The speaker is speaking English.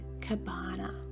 cabana